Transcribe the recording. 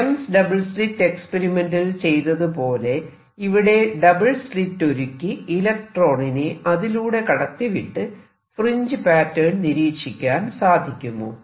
Young's double slit എക്സ്പെരിമെന്റിൽ ചെയ്തതുപോലെ ഇവിടെ ഡബിൾ സ്ലിറ്റ് ഒരുക്കി ഇലക്ട്രോണിനെ അതിലൂടെ കടത്തിവിട്ട് ഫ്രിൻജ് പാറ്റേൺ നിരീക്ഷിക്കാൻ സാധിക്കുമോ